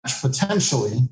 potentially